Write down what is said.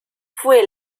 fue